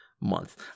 month